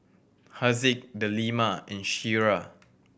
Haziq Delima and Syirah